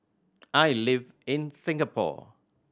I live in Singapore